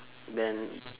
then